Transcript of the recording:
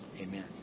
Amen